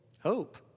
hope